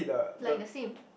like the same